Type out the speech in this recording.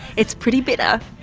it's pretty bitter.